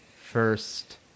first